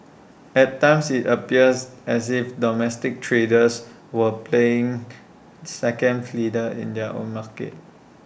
at times IT appears as if domestic traders were playing second fiddle in their own market